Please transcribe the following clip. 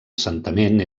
assentament